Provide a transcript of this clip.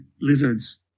lizards